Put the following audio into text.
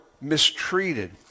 mistreated